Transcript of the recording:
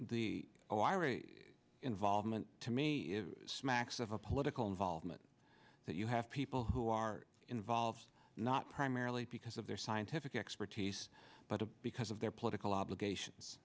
the involvement to me smacks of a political involvement that you have people who are involved not primarily because of their scientific expertise but because of their political obligations